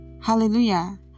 hallelujah